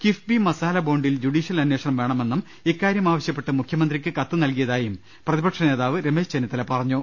കിഫ്ബി മസാല ബോണ്ടിൽ ജുഡീഷ്യൽ അന്വേഷണം വേണമെന്നും ഇക്കാര്യം ആവശ്യപ്പെട്ട് മുഖ്യമന്ത്രിക്ക് കത്ത് നൽകിയതായും പ്രതിപക്ഷ നേതാവ് രമേശ് ചെന്നിത്തല പറഞ്ഞു